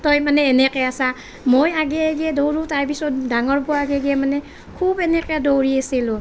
তই মানে এনেকে আছা মই আগে আগে দৌৰো তাৰপিছত ডাঙৰ বৌ আগে আগে মানে খুব এনেকে দৌৰি আছিলোঁ